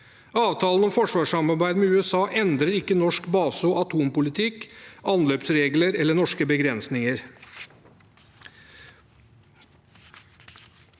Avtalen om forsvarssamarbeid med USA endrer ikke norsk base- og atompolitikk, anløpsregler eller norske begrensninger.